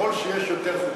ככל שיש יותר חוקים,